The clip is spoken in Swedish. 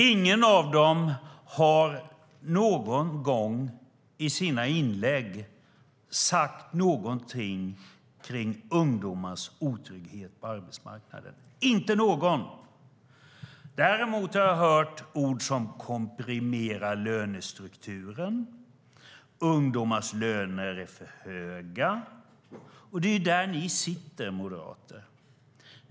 Ingen av dem har i något av sina inlägg sagt något om ungdomars otrygghet på arbetsmarknaden - inte någon! Däremot har jag hört ord som att komprimera lönestrukturen och att ungdomars löner är för höga. Och det är där ni moderater sitter.